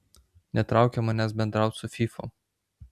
netraukia manęs bendraut su fyfom